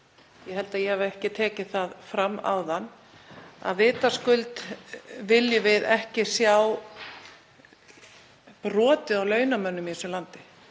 ég held að ég hafi ekki tekið það fram áðan, að vitaskuld viljum við ekki sjá brotið á launamönnum í þessu landi,